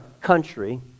country